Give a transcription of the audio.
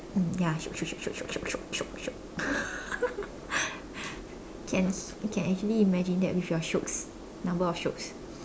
mm ya shiok shiok shiok shiok shiok shiok can can actually imagine that with your shiok number of shiok